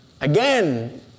Again